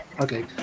Okay